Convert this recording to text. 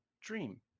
dream